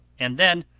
and then,